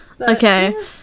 okay